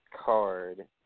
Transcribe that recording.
card